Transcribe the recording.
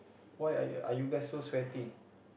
why are are you guys so sweating